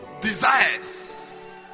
Desires